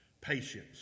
Patience